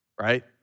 right